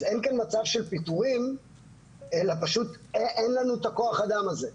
אז אין כאן מצב של פיטורים אלא פשוט אין לנו את כוח האדם הזה.